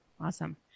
Awesome